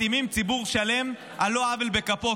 מכתימים ציבור שלם על לא עוול בכפו,